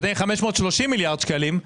530 מיליארד שקלים,